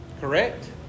Correct